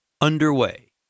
Underway